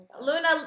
Luna